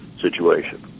situation